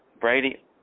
Brady